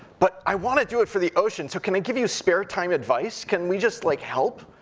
but i wanna do it for the ocean, so can i give you spare-time advice? can we just like help?